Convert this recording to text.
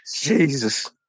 jesus